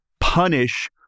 punish